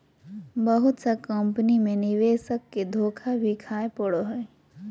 बहुत सा कम्पनी मे निवेशक के धोखा भी खाय पड़ जा हय